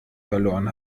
verloren